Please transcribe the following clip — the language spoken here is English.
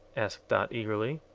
asked dot, eagerly.